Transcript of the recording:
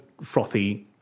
frothy